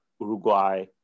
Uruguay